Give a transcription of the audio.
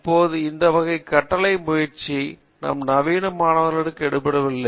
இப்போது அந்த வகை கட்டளை முயற்சி நம் நவீன மாணவர்களுடன் எடுபடவில்லை